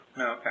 Okay